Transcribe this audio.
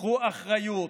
קחו אחריות.